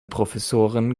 professoren